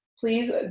please